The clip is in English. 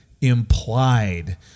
implied